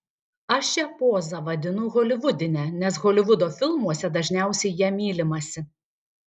aš šią pozą vadinu holivudine nes holivudo filmuose dažniausiai ja mylimasi